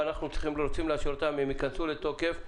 אנחנו רוצים לאשר אותן והן יכנסו לתוקף.